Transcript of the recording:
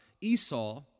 Esau